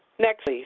next,